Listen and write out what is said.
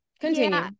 continue